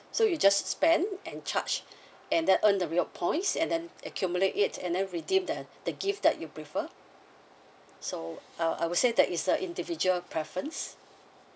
so you just spend and charge and then earn the reward points and then accumulate it and then redeem the the gift that you prefer so uh I would say that it's a individual preference